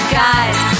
guys